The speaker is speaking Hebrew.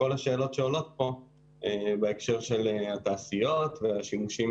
לכל השאלות שעולות פה בהקשר של התעשיות והשימושים